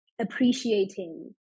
appreciating